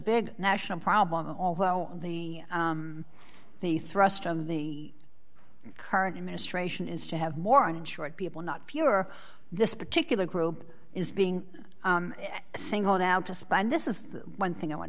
big national problem although the the thrust of the current administration is to have more insured people not pure this particular group is being singled out to spend this is one thing i want